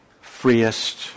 freest